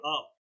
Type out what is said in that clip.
up